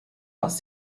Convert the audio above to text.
aus